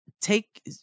take